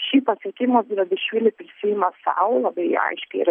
šį pasiekimą zurabišvili prisiima sau labai aiškiai ir